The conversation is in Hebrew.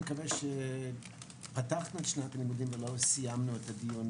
אני מקווה שפתחנו את שנת הלימודים ולא סיימנו את הדיון,